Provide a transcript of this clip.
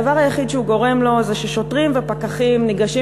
הדבר היחיד שהוא גורם לו זה ששוטרים ופקחים ניגשים